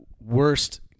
worst